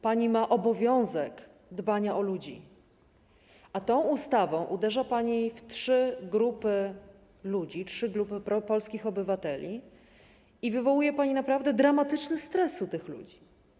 Pani ma obowiązek dbać o ludzi, a tą ustawą uderza pani w trzy grupy polskich obywateli i wywołuje pani naprawdę dramatyczny stres u tych ludzi.